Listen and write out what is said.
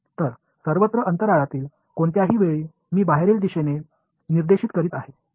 तर सर्वत्र अंतराळातील कोणत्याही वेळी ते बाहेरील दिशेने निर्देशित करीत आहे